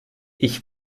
ich